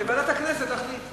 ועדת הכנסת תחליט.